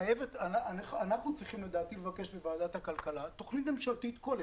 אנחנו צריכים לבקש מוועדת הכלכלה תוכנית ממשלתית כוללת,